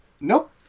Nope